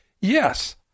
yes